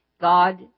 God